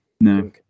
No